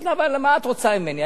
אמרתי לה: אבל מה את רוצה ממני?